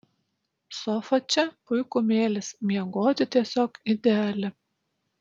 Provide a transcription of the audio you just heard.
sofa čia puikumėlis miegoti tiesiog ideali